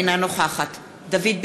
אינה נוכחת דוד ביטן,